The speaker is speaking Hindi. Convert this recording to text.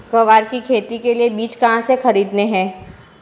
ग्वार की खेती के लिए बीज कहाँ से खरीदने हैं?